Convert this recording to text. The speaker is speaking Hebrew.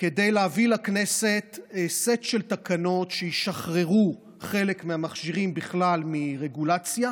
כדי להביא לכנסת סט של תקנות שישחררו חלק מהמכשירים בכלל מרגולציה.